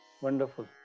Wonderful